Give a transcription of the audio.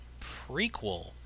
prequel